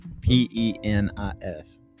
P-E-N-I-S